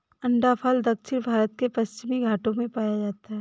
अंडाफल दक्षिण भारत के पश्चिमी घाटों में पाया जाता है